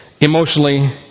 emotionally